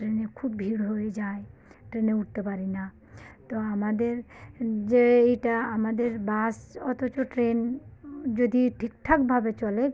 ট্রেনে খুব ভিড় হয়ে যায় ট্রেনে উঠতে পারি না তো আমাদের যেইটা আমাদের বাস অথচ ট্রেন যদি ঠিকঠাক ভাবে চলে